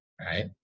right